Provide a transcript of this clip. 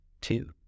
two